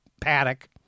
Paddock